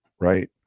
right